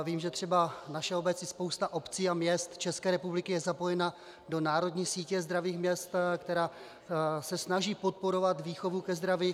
Vím, že naše obec i spousta obcí a měst České republiky je zapojena do národní sítě zdravých měst, která se snaží podporovat výchovu ke zdraví.